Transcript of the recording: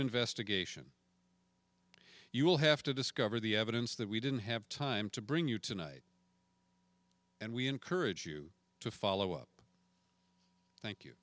investigation you will have to discover the evidence that we didn't have time to bring you tonight and we encourage you to follow up thank you